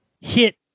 hit